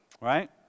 right